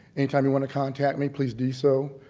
any time you want to contact me, please do so.